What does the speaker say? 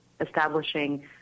establishing